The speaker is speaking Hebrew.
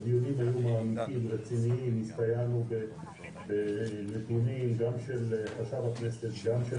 הדיונים היו מעמיקים ורציניים מגובים בנתונים גם של חשב הכנסת וגם של